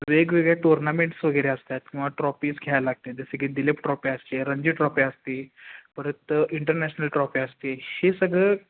वेगवेगळे टोर्नामेंट्स वगैरे असतात किंवा ट्रॉपीज घ्यायला लागते जसे की दिलेप ट्रॉफी असते रणजी ट्रॉफी असते परत इंटरनॅशनल ट्रॉफी असते हे सगळं